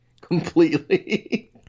completely